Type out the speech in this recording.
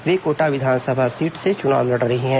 वे कोटा विधानसभा सीट से चुनाव लड़ रही है